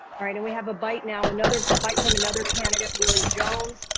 all right, and we have a byte now, another, a byte from another candidate, willie jones.